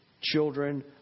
children